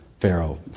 Pharaoh